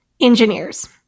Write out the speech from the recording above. engineers